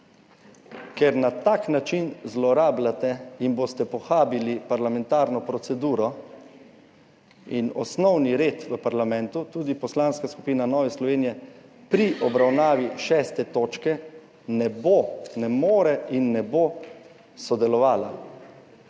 ker na tak način zlorabljate in boste pohabili parlamentarno proceduro in osnovni red v parlamentu, tudi poslanska skupina Nove Slovenije pri obravnavi 6. točke ne bo, ne more in ne bo sodelovala.